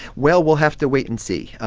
well, we'll have to wait and see.